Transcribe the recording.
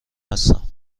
هستم